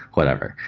whatever.